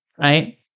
right